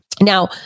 Now